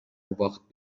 убакыт